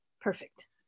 Perfect